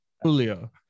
Julio